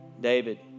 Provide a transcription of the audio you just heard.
David